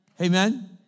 amen